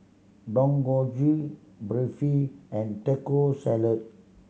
Dangojiru Barfi and Taco Salad